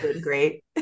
great